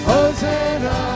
Hosanna